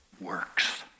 works